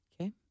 Okay